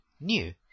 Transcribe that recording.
new